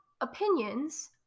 opinions